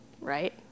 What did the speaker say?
right